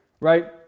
right